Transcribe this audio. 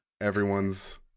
Everyone's